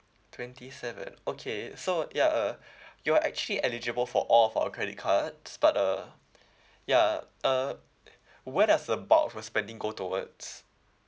twenty seven okay so ya uh you are actually eligible for all of our credit cards but uh ya uh where does the bulk of your spending go towards